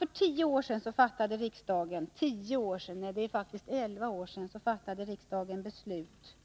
För elva år sedan fattade riksdagen ett beslut